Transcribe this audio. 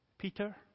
Peter